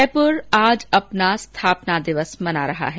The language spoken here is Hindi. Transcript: जयपुर आज अपना स्थापना दिवस मना रहा है